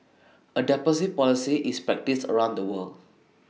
A deposit policy is practised around the world